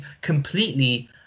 completely